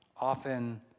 often